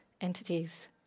entities